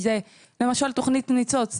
למשל תוכנית "ניצוץ".